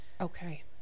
Okay